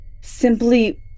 simply